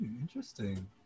Interesting